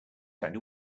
kinda